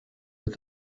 with